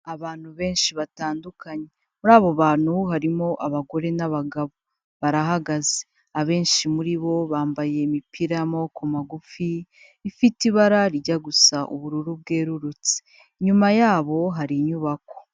Abantu benshi batandukanye, muri abo bantu harimo abagore n'abagabo barahagaze, abenshi muri bo bambaye imipira y'amaboko magufi ifite ibara rijya gusa ubururu bwerurutse, inyuma yabo hari inyubako.